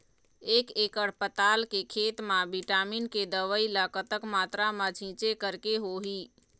एक एकड़ पताल के खेत मा विटामिन के दवई ला कतक मात्रा मा छीचें करके होही?